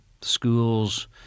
Schools